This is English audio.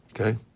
Okay